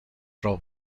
pro